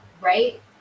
right